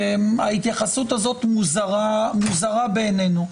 ההתייחסות הזאת מוזרה בעייננו.